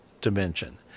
dimension